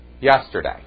yesterday